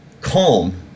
calm